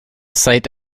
site